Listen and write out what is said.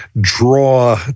draw